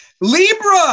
Libra